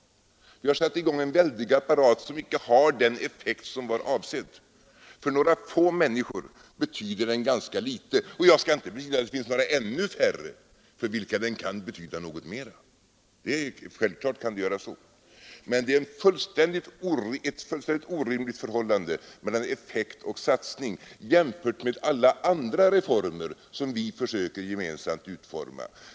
Vi har satt i gång en väldig apparat som inte har den effekt som var avsedd. För några få människor betyder den ganska litet. Jag skall inte bestrida att det finns några — ännu färre — för vilka den kan betyda något mer. Men det råder här ett fullständigt orimligt förhållande mellan effekt och satsning jämfört med alla andra reformer som vi gemensamt försöker utforma.